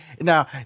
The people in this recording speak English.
Now